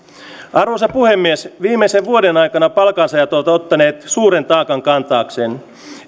arvoisa puhemies viimeisen vuoden aikana palkansaajat ovat ottaneet suuren taakan kantaakseen